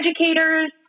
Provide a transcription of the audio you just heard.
educators